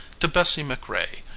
to bessie macrae,